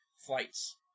flights